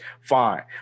fine